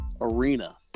arena